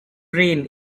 brain